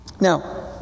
Now